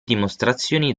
dimostrazioni